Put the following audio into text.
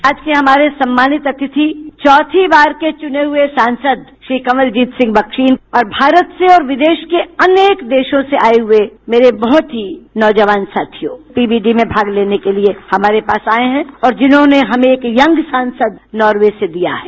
आज के हमारे सम्मानित अतिथि चौथी बार के चुने हए सांसद श्री कवंलजीत सिंह बख्शी और भारत से और विदेश के अनेक देशों से आए हए मेरे बहत ही नौजवान साथियों पी वी डी में भाग लेने के लिए हमारे पास आए हैं और जिन्होंने हमें एक यंग सांसद नोर्वे से दिया है